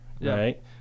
right